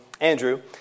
Andrew